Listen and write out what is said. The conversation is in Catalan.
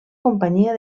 companyia